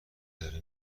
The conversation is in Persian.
داره